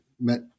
met